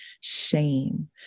shame